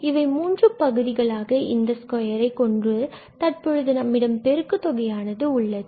இவை மூன்று பகுதிகளாக இந்த ஸ்கோயரை கொண்டு தற்பொழுது நம்மிடம் பெருக்கு தொகையானது உள்ளது